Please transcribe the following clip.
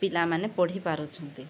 ପିଲାମାନେ ପଢ଼ିପାରୁଛନ୍ତି